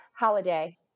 Holiday